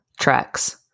tracks